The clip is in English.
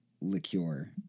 liqueur